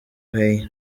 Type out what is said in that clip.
hey